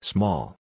Small